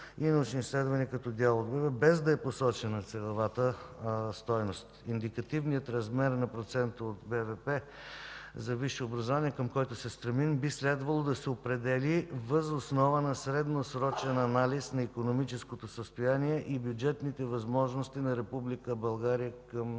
и научни изследвания като дял от ВУЗ-а, без да е посочена ценовата стойност. Индикативният размер на процента от БВП за висше образование, към който се стремим, би следвало да се определи въз основа на средносрочен анализ на икономическото състояние и бюджетните възможности на Република